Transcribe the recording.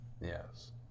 yes